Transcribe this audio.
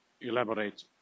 elaborate